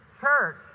church